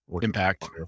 Impact